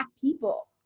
people